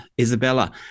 Isabella